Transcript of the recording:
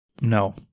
No